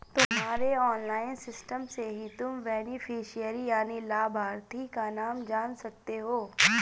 तुम्हारे online system से ही तुम बेनिफिशियरी यानि लाभार्थी का नाम जान सकते हो